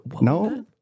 No